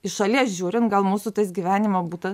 iš šalies žiūrint gal mūsų tas gyvenimo būta